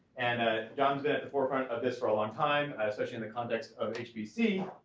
and ah john forefront of this for a long time, especially in the context of hbc,